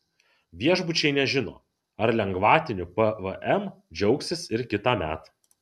viešbučiai nežino ar lengvatiniu pvm džiaugsis ir kitąmet